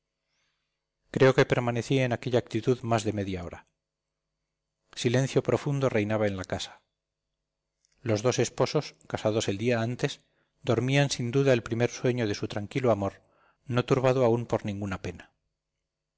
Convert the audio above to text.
creo que permanecí en aquella actitud más de media hora silencio profundo reinaba en la casa los dos esposos casados el día antes dormían sin duda el primer sueño de su tranquilo amor no turbado aún por ninguna pena